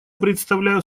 предоставляю